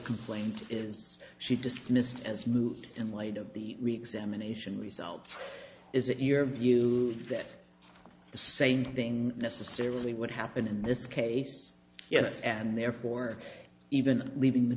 complaint is she dismissed as moved in light of the examination results is it your view that the same thing necessarily would happen in this case yes and therefore even leaving the